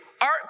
art